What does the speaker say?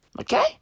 Okay